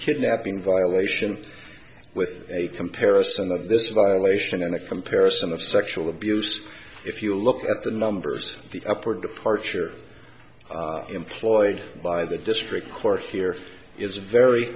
kidnap in violation with a comparison of this violation and a comparison of sexual abuse if you look at the numbers the upper departure employed by the district court here is very